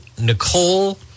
Nicole